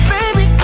Baby